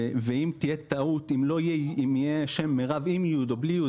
אם יהיה שם מירב עם י' או בלי י',